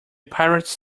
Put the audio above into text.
pirates